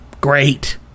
Great